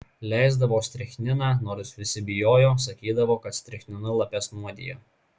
leisdavo strichniną nors visi bijojo sakydavo kad strichninu lapes nuodija